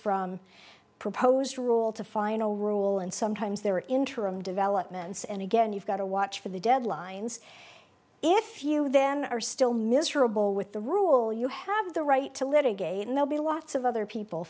from proposed rule to final rule and sometimes there are interim developments and again you've got to watch for the deadlines if you then are still miserable with the rule you have the right to litigate and they'll be lots of other people